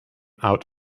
out